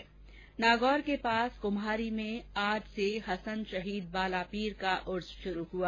्नागौर के पास कुम्हारी में आज से हसन शहीद बालापीर का उर्स शुरु हुआ